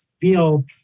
feel